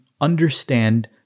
understand